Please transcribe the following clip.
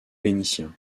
vénitien